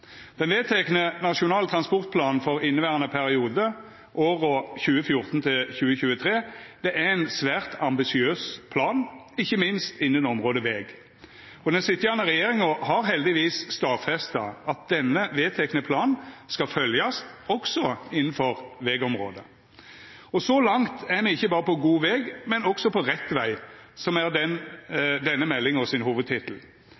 Den vedtekne nasjonale transportplanen for inneverande periode, åra 2014–2023, er ein svært ambisiøs plan, ikkje minst innan området veg. Den sitjande regjeringa har heldigvis stadfesta at denne vedtekne planen skal følgjast, også innanfor vegområdet. Så langt er me ikkje berre på god veg, men også «På rett vei», som er